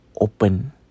Open